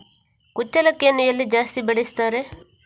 ಕುಚ್ಚಲಕ್ಕಿಯನ್ನು ಎಲ್ಲಿ ಜಾಸ್ತಿ ಬೆಳೆಸುತ್ತಾರೆ?